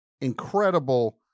incredible